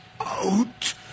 out